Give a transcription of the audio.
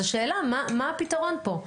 אז השאלה מה הפיתרון פה.